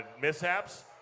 mishaps